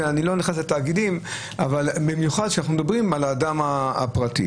לא נכנס לתאגידים אבל במיוחד כשאנחנו מדברים על האדם הפרטי.